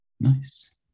Nice